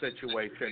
situation